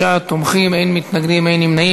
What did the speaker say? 56 תומכים, אין מתנגדים, אין נמנעים.